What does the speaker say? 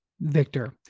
Victor